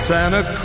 Santa